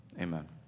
Amen